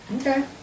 Okay